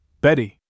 Betty